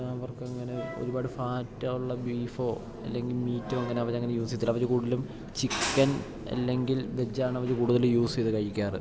അവർക്കങ്ങനെ ഒരുപാട് ഫാറ്റ് ഉള്ള ബീഫോ അല്ലെങ്കിൽ മീറ്റോ അങ്ങനെ അവരങ്ങനെ യൂസ് ചെയ്യത്തില്ല അവര് കൂട്തലും ചിക്കൻ അല്ലെങ്കിൽ വെജ്ജാണവര് കൂടുതൽ യൂസ് ചെയ്ത് കഴിക്കാറ്